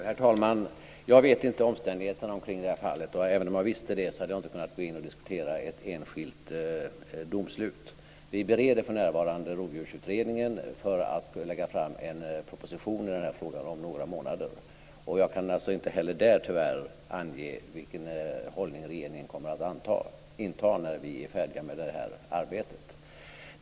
Herr talman! Jag känner inte till omständigheterna kring det här fallet, och även om jag kände till dem hade jag inte kunnat gå in och diskutera ett enskilt domslut. Vi bereder för närvarande Rovdjursutredningen för att lägga fram en proposition i den frågan om några månader. Jag kan tyvärr inte heller där ange vilken hållning regeringen kommer att inta när vi är färdiga med det här arbetet.